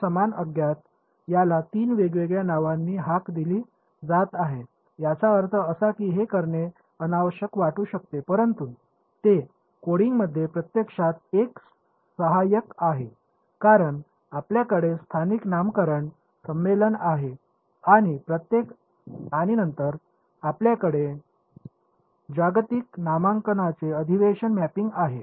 तर समान अज्ञात याला तीन वेगवेगळ्या नावांनी हाक दिली जात आहे याचा अर्थ असा की हे करणे अनावश्यक वाटू शकते परंतु ते कोडिंगमध्ये प्रत्यक्षात एक सहाय्यक आहे कारण आपल्याकडे स्थानिक नामकरण संमेलन आहे आणि नंतर आपल्याकडे जागतिक नामांकनाचे अधिवेशन मॅपिंग आहे